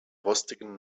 rostigen